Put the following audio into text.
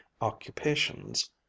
occupations